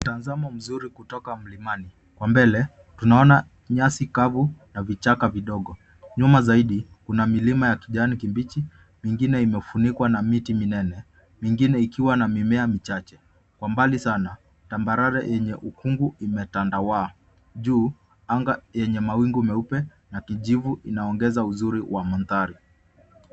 Mtazamo mzuri kutoka mlimani. Kwa mbele, tunaona nyasi kavu na vichaka vidogo. Nyuma zaidi, kuna milima ya kijani kibichi mingine imefunikwa na miti minene, mingine ikiwa na mimea michache. Kwa mbali sana, tambarare yenye ukungu imetandawaa. Juu, anga yenye mawingu meupe na kijivu inaongeza uzuri wa mandhari.